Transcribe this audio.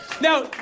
Now